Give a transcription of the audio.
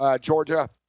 Georgia